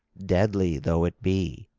deadly though it be.